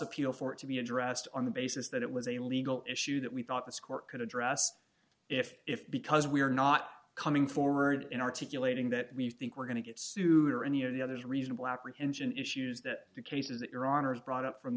appeal for it to be addressed on the basis that it was a legal issue that we thought this court could address if if because we are not coming forward in articulating that we think we're going to get sued or any of the others reasonable apprehension issues that the cases that your honor has brought up from